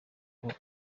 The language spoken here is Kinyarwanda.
kuba